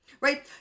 Right